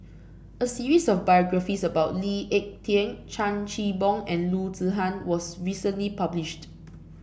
a series of biographies about Lee Ek Tieng Chan Chin Bock and Loo Zihan was recently published